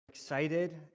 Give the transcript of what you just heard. excited